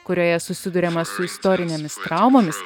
kurioje susiduriama su istorinėmis traumomis